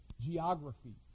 geography